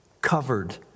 covered